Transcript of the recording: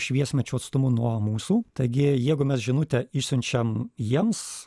šviesmečių atstumu nuo mūsų taigi jeigu mes žinutę išsiunčiam jiems